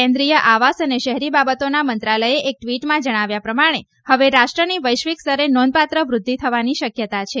કેન્દ્રિય આવાસ અને શહેરી બાબતોના મંત્રાલયે એક ટવીટમાં જણાવ્યા પ્રમાણે હવે રાષ્ટ્રની વૈશ્વિક સ્તરે નોંધપાત્ર વૃદ્ધિ થવાની શકયતા છે